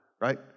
right